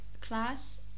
class